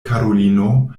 karulino